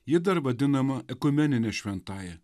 ji dar vadinama ekumenine šventąja